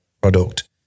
product